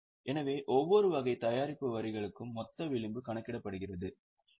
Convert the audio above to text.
எனவே ஒவ்வொரு வகை தயாரிப்பு வரிகளுக்கும் மொத்த விளிம்பு கணக்கிடப்படுகிறது இது 46